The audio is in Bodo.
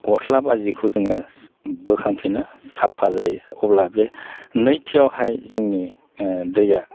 गस्ला बा जिखौ जोङो बोखांफिनो साफा जायो अब्ला बे नैथियावहाय जोंनि दैया